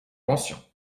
pensions